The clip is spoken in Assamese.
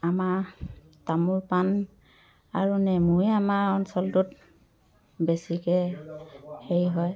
আমাৰ তামোল পাণ আৰু নেমুৱে আমাৰ অঞ্চলটোত বেছিকৈ হেৰি হয়